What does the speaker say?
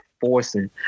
forcing